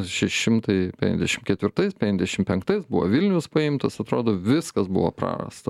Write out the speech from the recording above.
šeši šimtai penkiadešim ketvirtais penkiadešim penktais buvo vilnius paimtas atrodo viskas buvo prarasta